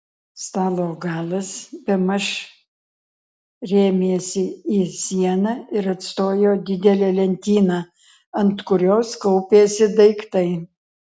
stalo galas bemaž rėmėsi į sieną ir atstojo didelę lentyną ant kurios kaupėsi daiktai